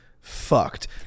fucked